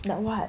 like what